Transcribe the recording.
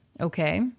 Okay